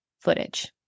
footage